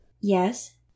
Yes